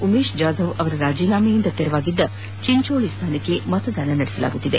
ಉಮೇಶ್ ಜಾಧವ್ ಅವರ ರಾಜೀನಾಮೆಯಿಂದ ತೆರವಾದ ಚಿಂಚೋಳಿ ಸ್ಥಾನಕ್ಕೆ ಮತದಾನ ನಡೆಯಲಿದೆ